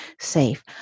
safe